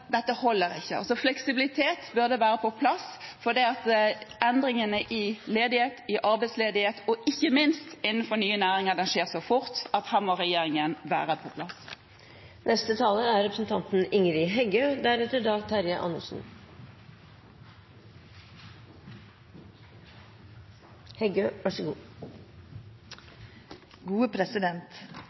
Dette holder ikke. Fleksibilitet burde være på plass, for endringer i arbeidsledighet og ikke minst endringer innenfor nye næringer skjer så fort at her må regjeringen være på plass.